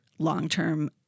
long-term